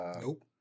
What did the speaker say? Nope